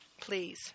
please